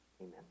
amen